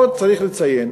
פה צריך לציין